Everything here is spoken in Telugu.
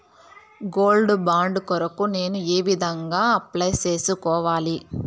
గోల్డ్ బాండు కొరకు నేను ఏ విధంగా అప్లై సేసుకోవాలి?